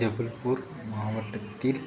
ஜபல்பூர் மாவட்டத்தில்